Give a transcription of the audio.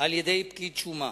על-ידי פקיד שומה.